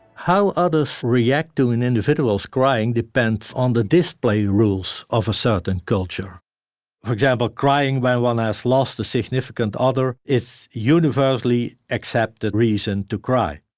how others react to an individual's crying depends, on the display rules of a certain culture for example, crying when one has lost a significant other, it's a universally accepted reason to cry.